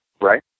Right